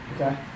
Okay